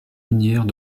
minières